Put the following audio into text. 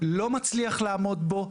לא מצליחים לעמוד בו.